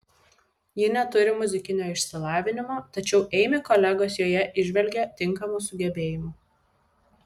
ji neturi muzikinio išsilavinimo tačiau eimi kolegos joje įžvelgia tinkamų sugebėjimų